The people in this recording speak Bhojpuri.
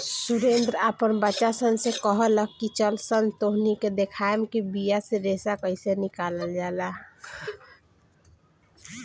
सुरेंद्र आपन बच्चा सन से कहलख की चलऽसन तोहनी के देखाएम कि बिया से रेशा कइसे निकलाल जाला